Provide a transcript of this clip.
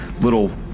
little